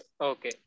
Okay